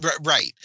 Right